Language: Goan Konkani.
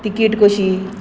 टिकेट कशी